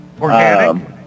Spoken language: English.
organic